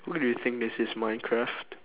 what do you think this is minecraft